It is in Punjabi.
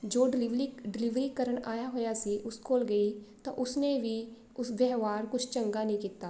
ਜੋ ਡਿਲੀਵਲੀ ਡਿਲੀਵਰੀ ਕਰਨ ਆਇਆ ਹੋਇਆ ਸੀ ਉਸ ਕੋਲ ਗਈ ਤਾਂ ਉਸਨੇ ਵੀ ਉਸ ਵਿਵਹਾਰ ਕੁਛ ਚੰਗਾ ਨਹੀਂ ਕੀਤਾ